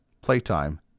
Playtime